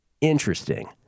Interesting